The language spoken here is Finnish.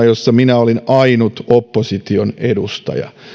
jossa minä olin ainut opposition edustaja